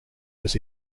was